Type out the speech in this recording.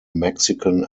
mexican